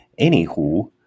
Anywho